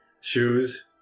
Shoes